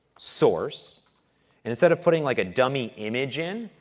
source, and instead of putting like a dummy image in,